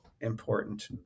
important